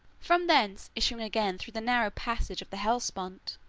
from thence issuing again through the narrow passage of the hellespont,